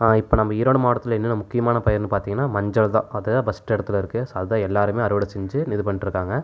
இப்போ நம்ம ஈரோடு மாவட்டத்தில் என்னென்ன முக்கியமான பயன் பார்த்திங்கனா மஞ்சள் தான் அதை ஃபஸ்ட்டு இடத்துல இருக்குது ஸோ அதுதான் எல்லாருமே அறுவடை செஞ்சு இது பண்ணிட்டு இருக்காங்கள்